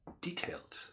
Detailed